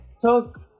took